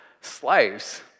slaves